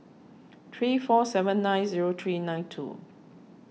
three four seven nine zero three nine two